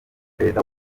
perezida